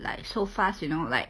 like so fast you know like